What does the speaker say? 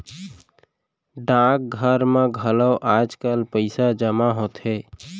डाकघर म घलौ आजकाल पइसा जमा होथे